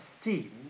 seen